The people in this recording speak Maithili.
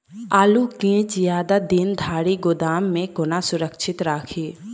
आलु केँ जियादा दिन धरि गोदाम मे कोना सुरक्षित कोना राखि?